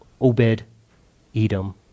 Obed-Edom